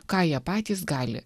ką jie patys gali